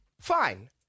Fine